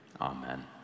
amen